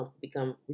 become